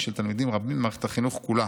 של תלמידים רבים במערכת החינוך כולה.